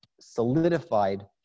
solidified